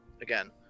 again